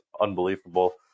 unbelievable